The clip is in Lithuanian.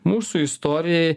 mūsų istorijai